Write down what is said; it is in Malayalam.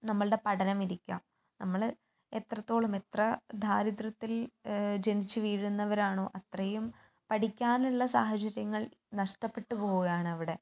നമ്മളുടെ പഠനമിരിക്കുക നമ്മള് എത്രത്തോളം എത്ര ദാരിദ്ര്യത്തിൽ ജനിച്ച് വീഴുന്നവരാണോ അത്രയും പഠിക്കാനുള്ള സാഹചര്യങ്ങൾ നഷ്ടപ്പെട്ട് പോകുകയാണ് അവിടെ